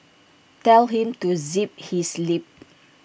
tell him to zip his lip